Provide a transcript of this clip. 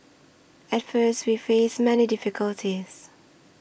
at first we faced many difficulties